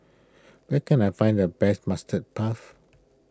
where can I find the best Mustard Puff